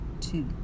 two